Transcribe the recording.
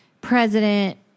president